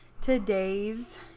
today's